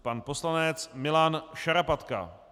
Pan poslanec Milan Šarapatka.